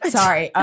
Sorry